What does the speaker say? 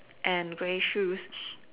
and grey shoes